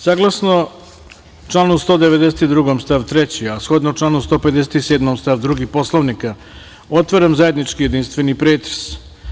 Saglasno članu 192. stav 3, a shodno članu 157. stav 2. Poslovnika, otvaram zajednički jedinstveni pretres.